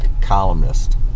columnist